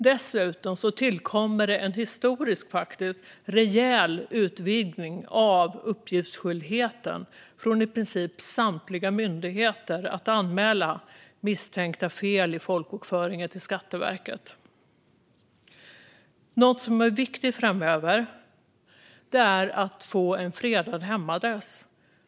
Dessutom tillkommer en historiskt rejäl utvidgning av skyldigheten för i princip samtliga myndigheter att anmäla misstänkta fel i folkbokföringen till Skatteverket. Något som är viktigt framöver är att få en fredad hemadress.